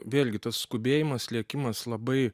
vėlgi tas skubėjimas lėkimas labai